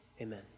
Amen